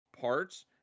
Parts